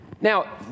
Now